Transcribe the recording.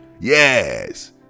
Yes